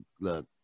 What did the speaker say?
look